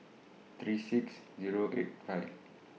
three six Zero eight five